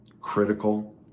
critical